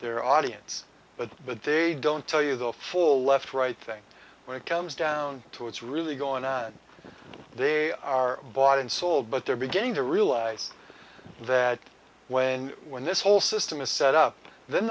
their audience but but they don't tell you the full left right thing when it comes down to it's really going on they are bought and sold but they're beginning to realize that when when this whole system is set up then